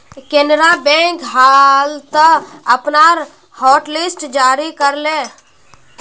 Canara bank हाल त अपनार हॉटलिस्ट जारी कर ले